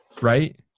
Right